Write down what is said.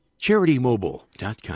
CharityMobile.com